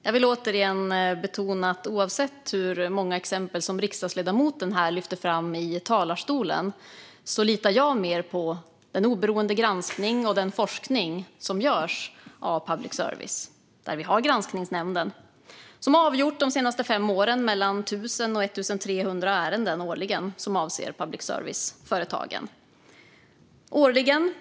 Fru talman! Jag vill återigen betona att oavsett hur många exempel som riksdagsledamoten lyfter fram här i talarstolen litar jag mer på den oberoende granskning och forskning som görs av public service. Där har vi Granskningsnämnden som de senaste fem åren har avgjort mellan 1 000 och 1 300 ärenden årligen som avser public service-företagen.